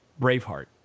Braveheart